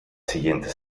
siguiente